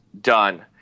done